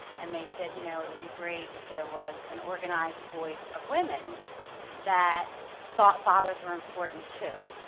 and they said, you know, it would be great if there was an organized voice of women that thought fathers were important too.